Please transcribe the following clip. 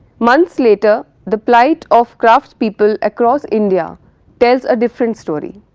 months later the plight of craftspeople across india tells a different story.